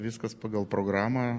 viskas pagal programą